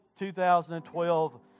2012